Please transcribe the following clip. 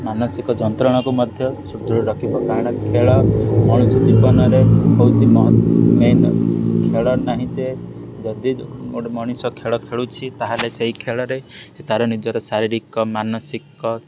ମାନସିକ ଯନ୍ତ୍ରଣାକୁ ମଧ୍ୟ ସୁଦୃଢ଼ ରଖିବ କାହିଁକିନା ଖେଳ ମଣିଷ ଜୀବନରେ ହେଉଛି ମହ ମେନ ଖେଳ ନାହିଁ ଯେ ଯଦି ଗୋଟିଏ ମଣିଷ ଖେଳ ଖେଳୁଛି ତାହେଲେ ସେଇ ଖେଳରେ ତାର ନିଜର ଶାରୀରିକ ମାନସିକ